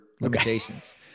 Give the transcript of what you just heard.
limitations